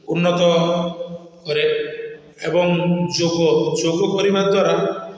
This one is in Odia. ଉନ୍ନତ କରେ ଏବଂ ଯୋଗ ଯୋଗ କରିବା ଦ୍ୱାରା